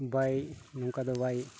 ᱵᱟᱭ ᱱᱚᱝᱠᱟ ᱫᱚ ᱵᱟᱭ